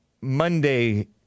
Monday